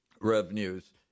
revenues